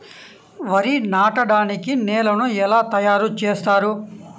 వరి నాటడానికి నేలను ఎలా తయారు చేస్తారు?